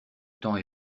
temps